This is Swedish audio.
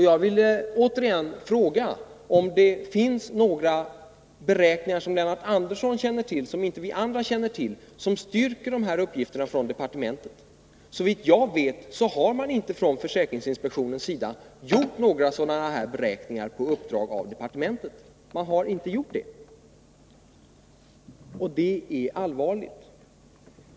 Jag vill återigen fråga om Lennart Andersson känner till några beräkningar som vi inte känner till och som styrker uppgifterna från departementet. Såvitt jag vet har man från försäkringsinspektionens sida inte gjort några sådana här beräkningar på uppdrag av departementet, och det är allvarligt.